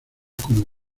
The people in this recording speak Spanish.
como